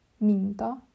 Minta